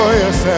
yes